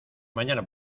mañana